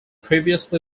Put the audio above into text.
previously